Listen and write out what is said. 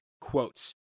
quotes